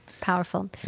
Powerful